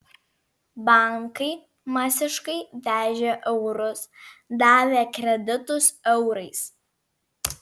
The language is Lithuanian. bankai masiškai vežė eurus davė kreditus eurais